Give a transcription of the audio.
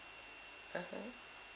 (uh huh)